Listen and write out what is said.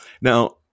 Now